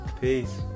Peace